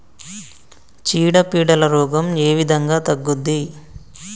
చీడ పీడల రోగం ఏ విధంగా తగ్గుద్ది?